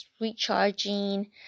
recharging